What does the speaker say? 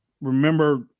remember